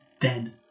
dead